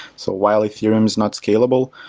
so while ethereum is not scalable,